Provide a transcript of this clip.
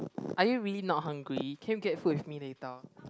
are you really not hungry can you get food with me later